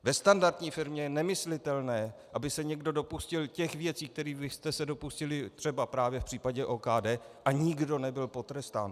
Ve standardní firmě je nemyslitelné, aby se někdo dopustil těch věcí, kterých vy jste se dopustili právě v případě OKD, a nikdo nebyl potrestán.